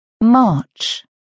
March